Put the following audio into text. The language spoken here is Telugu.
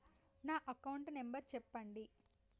నా అకౌంట్ నంబర్ చెప్పండి?